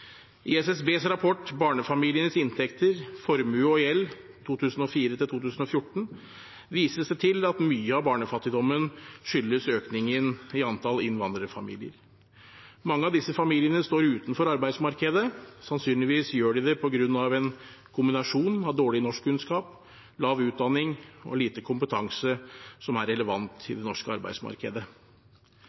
I SSBs rapport «Barnefamilienes inntekter, formue og gjeld 2004–2014» vises det til at mye av barnefattigdommen skyldes økningen i antall innvandrerfamilier. Mange av disse familiene står utenfor arbeidsmarkedet. Sannsynligvis gjør de det på grunn av en kombinasjon av dårlige norskkunnskaper, lav utdanning og lite kompetanse som er relevant for det norske arbeidsmarkedet.